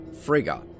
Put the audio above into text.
Frigga